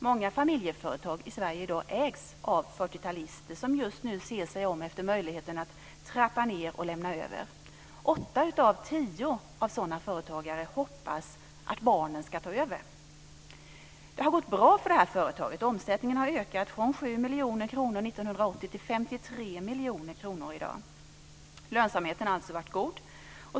Många familjeföretag i Sverige i dag ägs av 40-talister som just nu ser sig om efter möjligheten att trappa ned och lämna över. Åtta av tio sådana företagare hoppas att barnen ska ta över. Det har gått bra för det här företaget. Omsättningen har ökat från 7 miljoner kronor 1980 till 53 miljoner kronor i dag. Lönsamheten har alltså varit god.